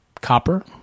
copper